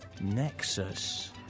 Nexus